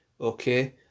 okay